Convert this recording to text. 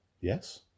Yes